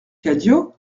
cadio